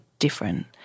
different